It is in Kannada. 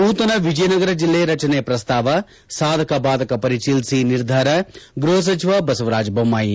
ನೂತನ ವಿಜಯನಗರ ಬೆಲ್ಲೆ ರಚನೆ ಪ್ರಸ್ತಾವ ಸಾಧಕ ಬಾಧಕ ಪರಿಶೀಲಿಸಿ ನಿರ್ಧಾರ ಗ್ಲಪ ಸಚಿವ ಬಸವರಾಜ ದೊಮ್ನಾಯಿ